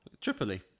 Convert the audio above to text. Tripoli